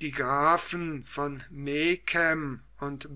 die grafen von megen und